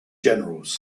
generals